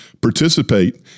participate